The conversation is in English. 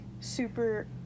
super